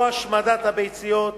או השמדת הביציות,